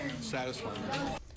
satisfying